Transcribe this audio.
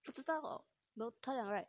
不知道 know 他讲 right